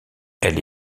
elle